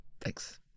Thanks